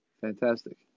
Fantastic